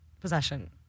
possession